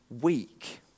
weak